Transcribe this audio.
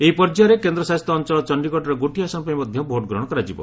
ଏହି ପର୍ଯ୍ୟାୟରେ କେନ୍ଦ୍ର ଶାସିତ ଅଞ୍ଚଳ ଚଣ୍ଡୀଗଡ଼ର ଗୋଟିଏ ଆସନ ପାଇଁ ମଧ୍ୟ ଭୋଟ ଗ୍ରହଣ କରାଯିବ